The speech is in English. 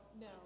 no